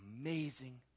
amazing